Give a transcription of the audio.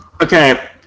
Okay